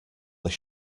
this